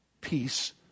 peace